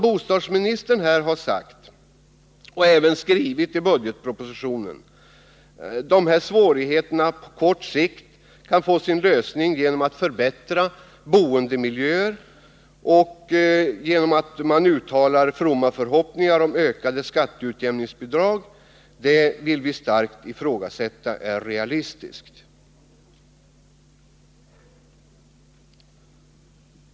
Bostadsministern säger här — och har även anfört det i budgetpropositionen -— att dessa svårigheter på kort sikt kan få sin lösning genom att boendemiljön förbättras och genom att man uttalar fromma förhoppningar om ökade skatteutjämningsbidrag. Men vi ifrågasätter verkligen om det är realistiskt.